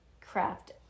craft